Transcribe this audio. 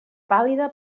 pàl·lida